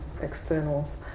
externals